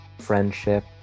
friendship